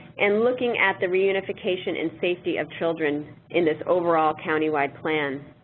and looking at the reunification and safety of children in this overall countywide plan.